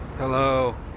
Hello